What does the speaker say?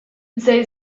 zei